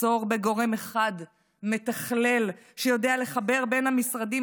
מחסור בגורם אחד מתכלל שיודע לחבר בין המשרדים,